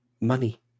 money